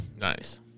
Nice